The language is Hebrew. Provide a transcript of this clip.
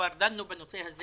כבר דנו בנושא הזה